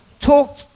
talk